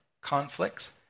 conflicts